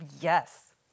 Yes